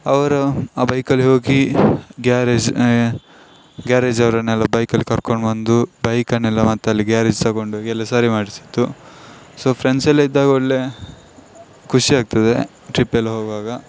ಅವರ ಆ ಬೈಕಲ್ಲಿ ಹೋಗಿ ಗ್ಯಾರೇಜ್ ಗ್ಯಾರೇಜಿವರನ್ನೆಲ್ಲ ಬೈಕಲ್ಲಿ ಕರ್ಕೊಂಡುಬಂದು ಬೈಕನ್ನೆಲ್ಲ ಮತ್ತಲ್ಲಿ ಗ್ಯಾರೇಜ್ ತಗೊಂಡೋಗಿ ಎಲ್ಲ ಸರಿ ಮಾಡಿಸಿತ್ತು ಸೊ ಫ್ರೆಂಡ್ಸೆಲ್ಲ ಇದ್ದಾಗ ಒಳ್ಳೆಯ ಖುಷಿ ಆಗ್ತದೆ ಟ್ರಿಪ್ಪೆಲ್ಲ ಹೋಗುವಾಗ